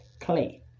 clay